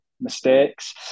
mistakes